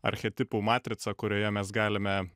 archetipų matricą kurioje mes galime